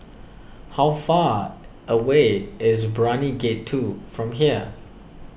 how far away is Brani Gate two from here